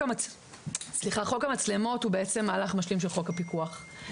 חוק המצלמות הוא מהלך משלים של חוק הפיקוח.